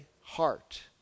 heart